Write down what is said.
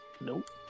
Nope